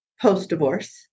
post-divorce